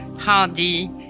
Hardy